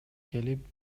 келип